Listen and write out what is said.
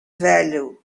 value